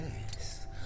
Yes